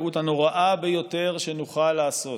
הטעות הנוראה ביותר שנוכל לעשות